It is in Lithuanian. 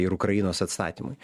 ir ukrainos atstatymui